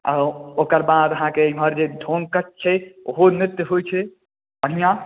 आ ओकर बाद अहाँके एमहर जे डोमकच छै ओहो नृत्य होइ छै बढ़िऑं